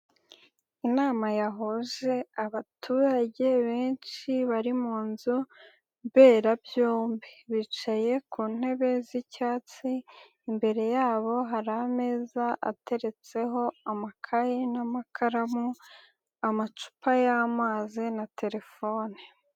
Inama yahoze abaturage benshi bari mu inzumberabyombi, bicaye ku ntebe z'icyatsi, imbere yabo hari ameza ateretseho amakaye n'amakaramu, amacupa y'amazi na telefone.